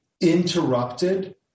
interrupted